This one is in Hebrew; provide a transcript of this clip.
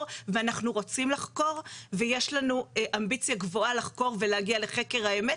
ואנחנו רוצים לחקור ויש לנו אמביציה גבוהה לחקור ולהגיע לחקר האמת